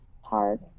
hard